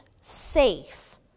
safe